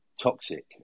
toxic